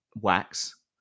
wax